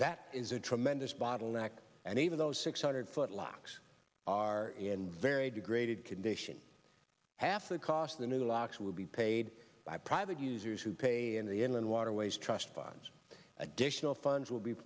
that is a tremendous bottleneck and even those six hundred foot locks are in very degraded condition half the cost of the new locks will be paid by private users who pay in the inland waterways trust funds additional funds will be